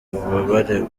ububabare